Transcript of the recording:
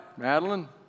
Madeline